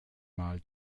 mal